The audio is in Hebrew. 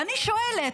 ואני שואלת: